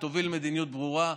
ותוביל מדיניות ברורה.